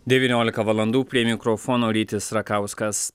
devyniolika valandų prie mikrofono rytis rakauskas